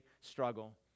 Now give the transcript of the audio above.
struggle